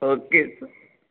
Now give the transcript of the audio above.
okay sir